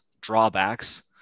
drawbacks